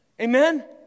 Amen